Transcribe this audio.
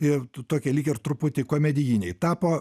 ir tu tokie lyg ir truputį komedijiniai tapo